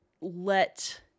let